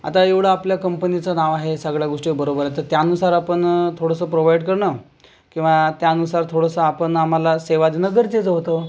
आता एवढं आपल्या कंपनीचं नाव आहे सगळ्या गोष्टी बरोबर आहेत तर त्यानुसार आपण थोडंसं प्रोव्हाइड करणं किंवा त्यानुसार थोडंसं आपण आम्हाला सेवा देणं गरजेचं होतं